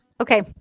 Okay